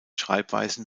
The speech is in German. schreibweisen